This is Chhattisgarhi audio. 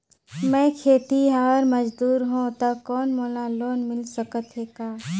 मैं खेतिहर मजदूर हों ता कौन मोला लोन मिल सकत हे का?